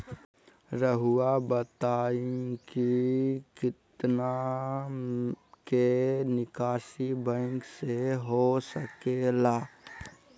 रहुआ बताइं कि कितना के निकासी बैंक से हो सके ला?